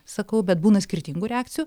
sakau bet būna skirtingų reakcijų